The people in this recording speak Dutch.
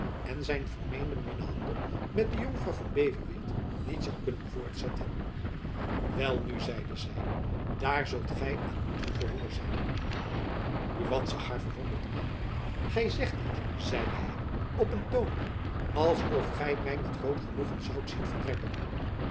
en zijn vermeenden minnehandel met de jonkvrouw van beverweert niet zoû kunnen voortzetten welnu zeide zy daar zult gy aan moeten gehoorzamen buat zag haar verwonderd aan gy zegt dit zeide hy op een toon als of gy my met groot genoegen zoudt zien vertrekken